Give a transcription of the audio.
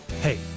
Hey